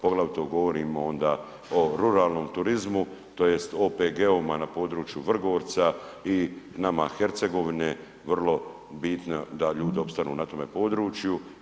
Poglavito govorimo onda o ruralnom turizmu, tj. OPG-ovima na području Vrgorca i nama Hercegovine, vrlo bitno da ljudi opstanu na tome području.